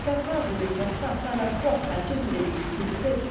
capables de faire face à la fois à toutes les difficultés